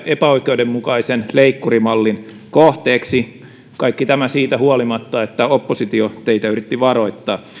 epäoikeudenmukaisen leikkurimallin kohteeksi kaikki tämä siitä huolimatta että oppositio teitä yritti varoittaa